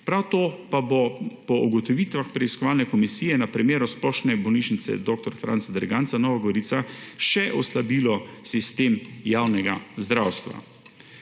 Prav to pa bo po ugotovitvah preiskovalne komisije na primeru Splošne bolnišnice dr. Franca Derganca Nova Gorica še oslabilo sistem javnega zdravstva.